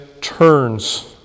turns